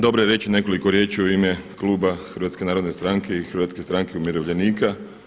Dobro je reći nekoliko riječi u ime kluba Hrvatske narodne stranke i Hrvatske stranke umirovljenika.